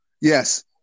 Yes